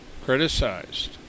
criticized